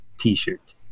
T-shirt